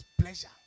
pleasure